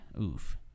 oof